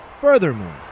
Furthermore